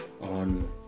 on